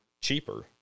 cheaper